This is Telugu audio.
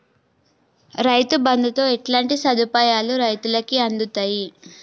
రైతు బంధుతో ఎట్లాంటి సదుపాయాలు రైతులకి అందుతయి?